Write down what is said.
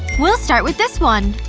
we'll start with this one